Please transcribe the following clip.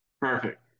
perfect